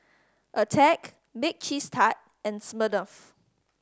Attack Bake Cheese Tart and Smirnoff